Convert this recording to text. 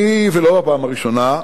אני, לא בפעם הראשונה,